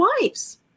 wives